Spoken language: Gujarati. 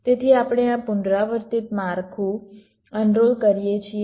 તેથી આપણે આ પુનરાવર્તિત માળખું અનરોલ કરીએ છીએ